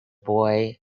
boy